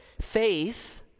faith